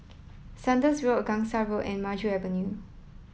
Saunders Road a Gangsa Road and Maju Avenue